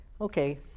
okay